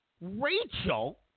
Rachel